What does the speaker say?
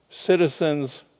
citizens